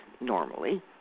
normally